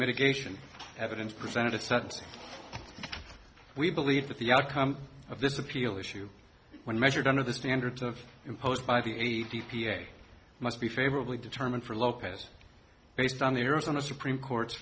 mitigation evidence presented at such we believe that the outcome of this appeal issue when measured under the standards of imposed by the d p a must be favorably determined for lopez based on the arizona supreme court